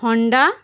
Honda